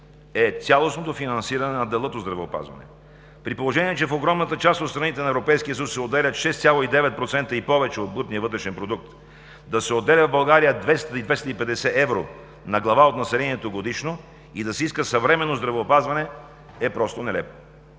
е цялостното финансиране на дела от здравеопазване. При положение че в огромната част от страните на Европейския съюз се отделят 6,9%, и повече, от брутния вътрешен продукт, да се отделят в България 200 – 250 евро на глава от населението годишно и да се иска съвременно здравеопазване, е просто нелепо.